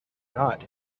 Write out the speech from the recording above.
not